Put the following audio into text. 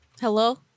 Hello